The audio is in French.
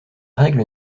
règle